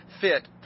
fit